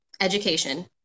education